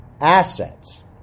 assets